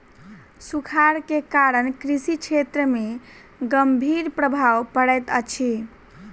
सूखाड़ के कारण कृषि क्षेत्र में गंभीर प्रभाव पड़ैत अछि